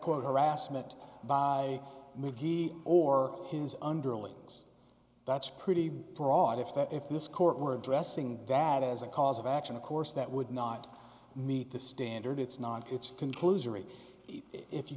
quote harassment by me he or his underlings that's pretty broad if that if this court were addressing that as a cause of action of course that would not meet the standard it's not it's conclusory if you